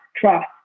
trust